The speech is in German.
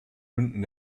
münden